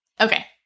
Okay